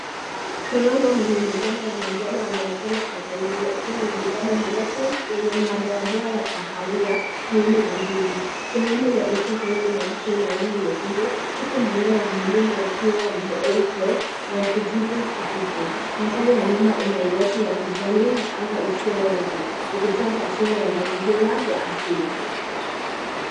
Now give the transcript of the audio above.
Korongo mwenye midomo ya manjano anaonekana kwa karibu akiwa na midomo mirefu yenye madoadoa ya kahawia karibu na mzizi. Sehemu ya uso karibu na jicho ina rangi nyekundu huku manyoya ya mwilini yakiwa meupe na ya kijivu hafifu. Mandhari ya nyuma ina uoto wa kijani na anga isiyo wazi ikitoa taswira ya mazingira ya asili.